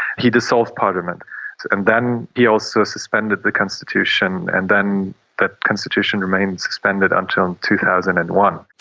he dissolved parliament and then he also suspended the constitution and then that constitution remained suspended until two thousand and one.